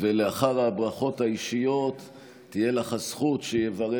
לאחר הברכות האישיות תהיה לך הזכות שיברך